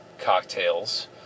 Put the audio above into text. cocktails